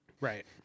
Right